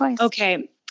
Okay